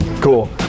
Cool